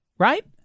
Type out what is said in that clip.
Right